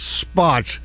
spots